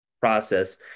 process